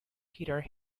peter